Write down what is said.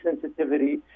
sensitivity